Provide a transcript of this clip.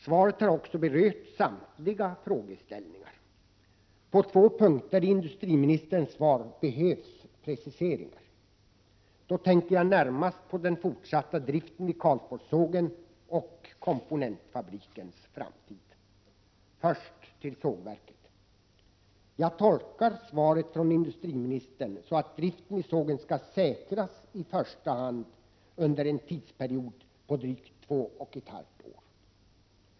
Svaret har också berört samtliga frågeställningar. På två punkter i industriministerns svar behövs preciseringar. Då tänker jag närmast på den forsatta driften vid Karlsborgssågen och komponentfabrikens framtid. Först till sågverket. Jag tolkar svaret från industriministern så, att driften vid sågen skall säkras, i första hand under en tidsperiod på drygt två och ett halvt år.